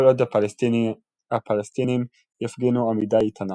כל עוד הפלסטינים יפגינו עמידה איתנה